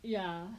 ya